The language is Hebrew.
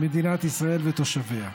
מדינת ישראל ותושביה.